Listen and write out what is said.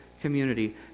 community